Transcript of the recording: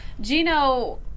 Gino